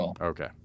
okay